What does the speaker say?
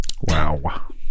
Wow